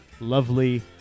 Lovely